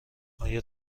آیا